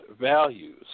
values